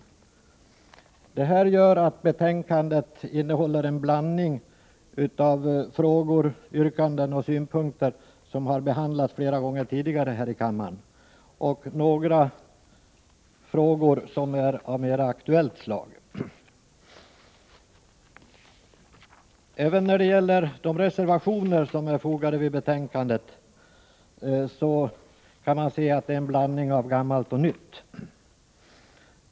Av den här anledningen innehåller betänkandet en blandning av frågor, yrkanden och synpunkter som har behandlats flera gånger tidigare här i kammaren och några frågor som är av mer aktuellt slag. Även de reservationer som är fogade till betänkandet är en blandning av gammalt och nytt.